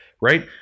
Right